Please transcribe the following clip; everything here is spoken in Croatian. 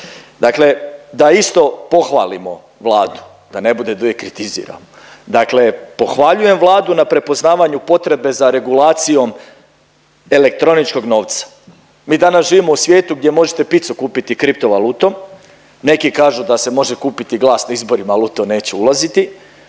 Dakle da isto pohvalimo Vladu, da ne bude da uvijek kritiziram. Dakle pohvaljujem Vladu na prepoznavanju potrebe za regulacijom elektroničnog novca. Mi danas živimo u svijetu gdje možete pizzu kupiti kripto valutom. Neki kažu da se može kupiti glas na izborima ali u to neću ulaziti